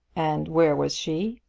and where was she?